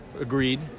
agreed